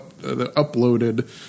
uploaded